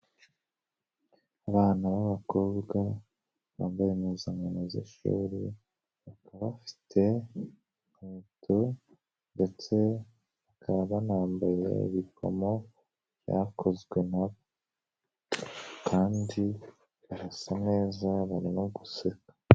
Abana b'abakobwa, bambaye impuzankano z'ishuri, bakaba bafite inkweto ndetse bakaba banambaye ibikomo byakozwe na bo kandi barasa neza, barimo guseka.